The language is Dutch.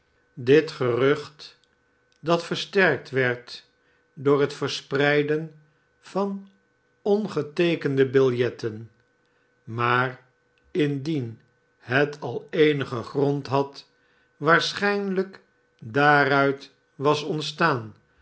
dit gerucht dat versterkt werd door het verspreiden van ongeteekende biljetten maar indies het al eenigen grond had waarschijnlijk daaruit was ontstaan